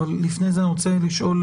אבל לפני זה אני רוצה לשאול,